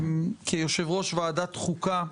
כיושב-ראש ועדת חוקה,